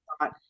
thought